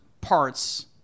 parts